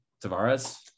Tavares